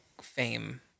fame